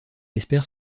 espère